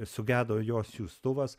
sugedo jo siųstuvas